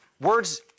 Words